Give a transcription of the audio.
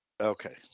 Okay